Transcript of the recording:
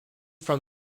from